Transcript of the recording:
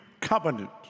covenant